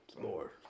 more